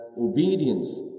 obedience